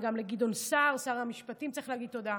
וגם לגדעון סער שר המשפטים צריך להגיד תודה,